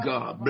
God